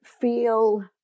feel